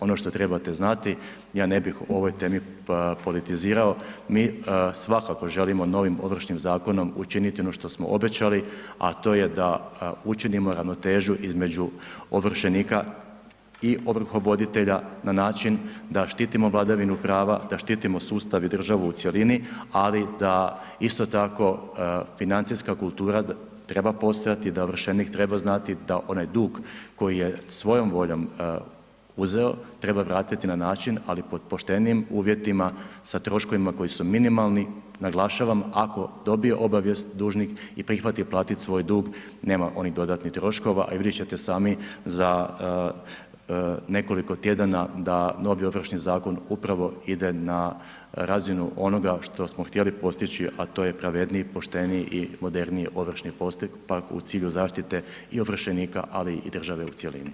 Ono što trebati znati, ja ne bih o ovoj temi politizirao, mi svakako želimo novim Ovršnim zakonom učiniti ono što smo obećali, a to je da učinimo ravnotežu između ovršenika i ovrhovoditelja na način da štitimo vladavinu prava, da štitimo sustav i državu u cjelini, ali da isto tako financijska kultura treba postojati da ovršenik treba znati da onaj dug koji je svojom voljom uzeo treba vratiti na način ali pod poštenijim uvjetima sa troškovima koji su minimalni, naglašavam ako dobije obavijest dužnik i prihvati platiti svoj dug nema onih dodatnih troškova, a i vidjet ćete sami za nekoliko tjedana da novi Ovršni zakon upravo ide na razinu onoga što smo htjeli postići, a to je pravedniji, pošteniji i moderniji ovršni postupak u cilju zaštite i ovršenika, ali i države u cjelini.